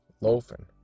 loafing